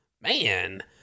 man